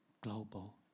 global